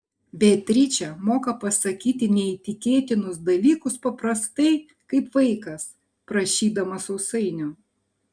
beatričė moka pasakyti neįtikėtinus dalykus paprastai kaip vaikas prašydamas sausainio